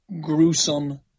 gruesome